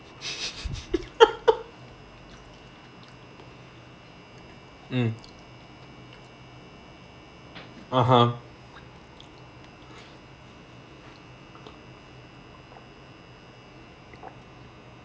mm (uh huh)